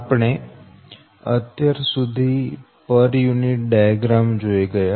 આપણે અત્યાર સુધી પર યુનિટ ડાયાગ્રામ જોઈ ગયા